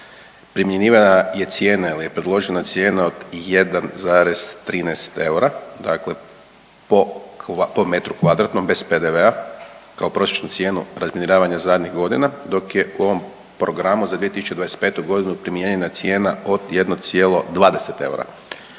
primjenjivana je cijena ili je predložena cijena od 1,13 eura dakle po metru kvadratnom bez PDV-a kao prosječnu cijenu razminiravanja zadnjih godina dok je u ovom programu za '25. godinu primijenjena cijena od 1,20 eura